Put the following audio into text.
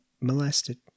molested